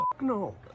no